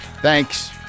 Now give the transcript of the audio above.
Thanks